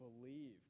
believe